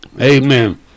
Amen